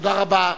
תודה רבה.